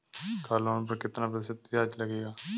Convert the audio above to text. Car loan पर कितना प्रतिशत ब्याज लगेगा?